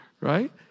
right